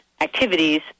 activities